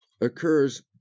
occurs